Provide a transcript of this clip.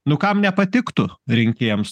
nu kam nepatiktų rinkėjams